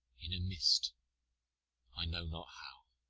in a mist i know not how